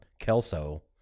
Kelso